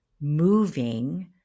moving